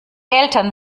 eltern